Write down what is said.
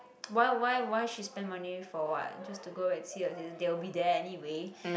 why why why she spend money for what just to go back see her si~ they will be there anyway